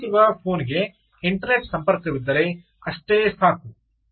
ಇಲ್ಲಿ ತೋರಿಸಿರುವ ಫೋನ್ ಗೆ ಇಂಟರ್ನೆಟ್ ಸಂಪರ್ಕವಿದ್ದರೆ ಅಷ್ಟೇ ಸಾಕು